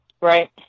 Right